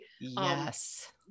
Yes